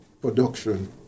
production